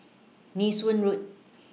Nee Soon Road